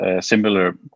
similar